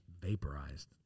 Vaporized